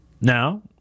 Now